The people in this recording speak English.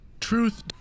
Truth